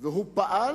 והוא פעל